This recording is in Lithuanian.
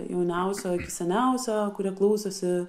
jauniausio iki seniausio kurie klausosi